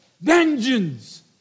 Vengeance